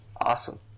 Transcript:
awesome